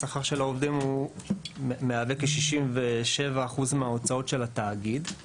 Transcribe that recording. שמהווה כ-67% מההוצאות של התאגיד.